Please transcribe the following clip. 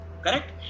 Correct